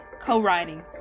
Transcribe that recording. co-writing